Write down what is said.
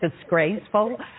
disgraceful